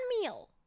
meal